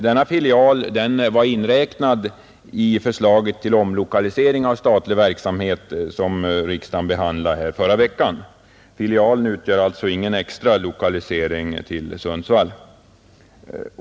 Denna filial omfattades av det förslag till omlokalisering av statlig verksamhet som riksdagen behandlade förra veckan — filialen utgör alltså ingen extra lokalisering till Sundsvall.